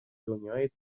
دنیای